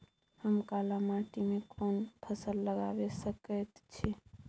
हम काला माटी में कोन फसल लगाबै सकेत छी?